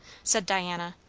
said diana.